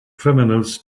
criminals